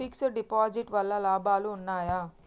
Fix డ్ deposit వల్ల లాభాలు ఉన్నాయి?